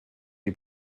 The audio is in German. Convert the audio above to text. die